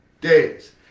days